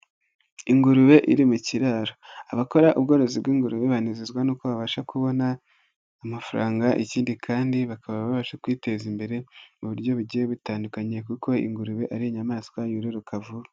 Ingurube iri mu kiraro abakora ubworozi bw'ingurube banezezwa nuko babasha kubona amafaranga, ikindi kandi bakaba babasha kwiteza imbere mu buryo bugiye butandukanye kuko ingurube ari inyamanswa yororoka vuba.